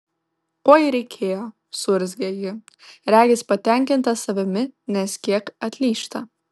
oi reikėjo suurzgia ji regis patenkinta savimi nes kiek atlyžta